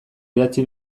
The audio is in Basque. idatzi